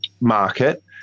market